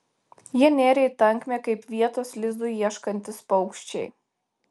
jie nėrė į tankmę kaip vietos lizdui ieškantys paukščiai